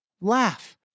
laugh